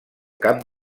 camp